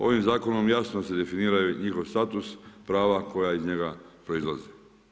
Ovim zakonom jasno se definira njihov status prava koja iz njega proizlaze.